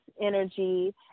energy